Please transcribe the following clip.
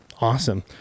Awesome